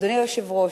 אדוני היושב-ראש,